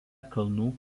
kalnų